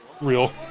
Real